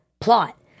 plot